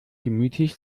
gemütlich